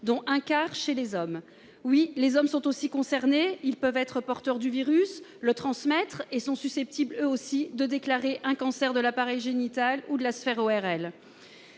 dont un quart chez les hommes. Oui, les hommes sont aussi concernés : ils peuvent être porteurs du virus et le transmettre et sont aussi susceptibles de déclarer un cancer de l'appareil génital ou de la sphère ORL.